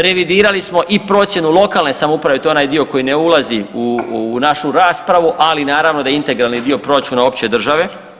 Revidirali smo i procjenu lokalne samouprave, to je onaj dio koji ne ulazi u našu raspravu ali naravno da je integralni dio proračuna opće države.